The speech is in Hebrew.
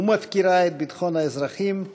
ומפקירה את ביטחון האזרחים.